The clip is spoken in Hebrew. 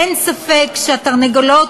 אין ספק שהתרנגולות,